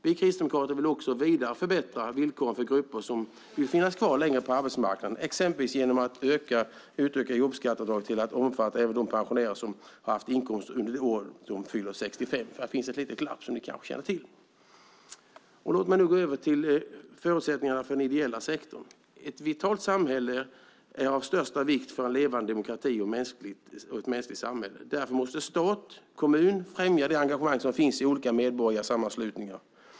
Vi kristdemokrater vill ytterligare förbättra villkoren för grupper som vill finnas kvar längre tid på arbetsmarknaden, exempelvis genom att utöka jobbskatteavdraget till att även omfatta de pensionärer som haft inkomster under det år de fyller 65. Här finns, som ni kanske känner till, ett litet glapp. Låt mig nu gå över till förutsättningarna för den ideella sektorn. Ett vitalt samhälle är av största vikt för en levande demokrati och ett mänskligt samhälle. Därför måste stat och kommun främja det engagemang som finns i olika medborgarsammanslutningar.